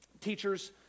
teachers